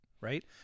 right